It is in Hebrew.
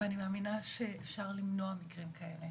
ואני מאמינה שאפשר למנוע מקרים כאלה